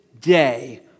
day